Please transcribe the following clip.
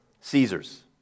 Caesar's